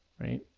right